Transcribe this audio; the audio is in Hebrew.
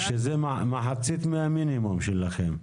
זה מחצית מהמינימום שלכם.